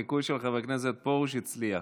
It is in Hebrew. החיקוי של חבר הכנסת פרוש הצליח.